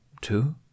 Two